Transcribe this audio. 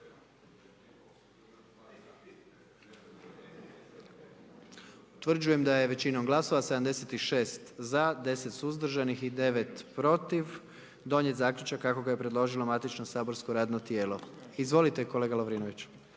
Utvrđujem da je većinom glasova, 76 za, 10 suzdržanih i 9 protiv donijet zaključak kako su je predložilo matično saborsko radno tijelo. Izvolite, kolega Lovrinović.